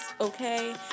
okay